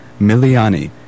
Miliani